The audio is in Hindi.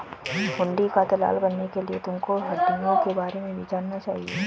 हुंडी का दलाल बनने के लिए तुमको हुँड़ियों के बारे में भी जानकारी होनी चाहिए